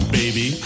baby